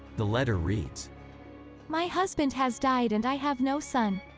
the letter reads my husband has died and i have no son.